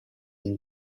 and